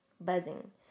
buzzing